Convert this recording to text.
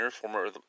former